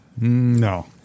No